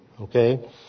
okay